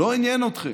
לא עניין אתכם.